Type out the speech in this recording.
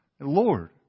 Lord